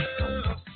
love